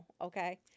okay